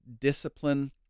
discipline